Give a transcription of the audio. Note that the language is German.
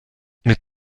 mit